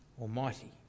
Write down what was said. almighty